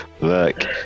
look